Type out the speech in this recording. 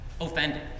offended